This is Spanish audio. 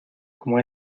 como